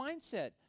mindset